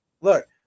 Look